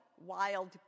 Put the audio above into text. wild